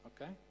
Okay